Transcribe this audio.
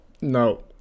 no